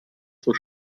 zur